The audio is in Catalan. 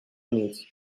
units